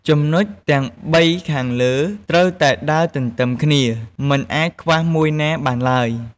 ចំណុចទាំងបីខាងលើត្រូវតែដើរទន្ទឹមគ្នា មិនអាចខ្វះមួយណាបានឡើយ។